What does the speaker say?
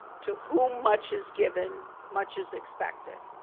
to whom much is given, much is expected.